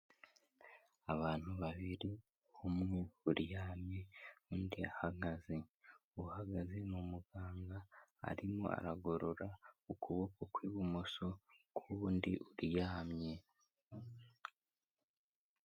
Abantu babiri umwe uryamye undi ahagaze. Uhagaze ni umuganga arimo aragorora ukuboko kw'ibumoso k'uwundi uryamye.